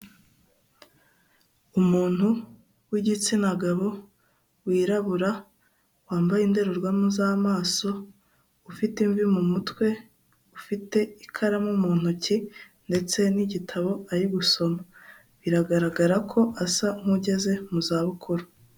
Umuntu w'igitsina gabo wirabura wambaye indorerwamo z'amaso ufite imvi mu mutwe ufite ikaramu mu ntoki ndetse n'igitabo ari gusoma biragaragara ko asa nk'ugeze mu za bukuru.